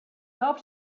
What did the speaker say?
hoped